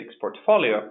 portfolio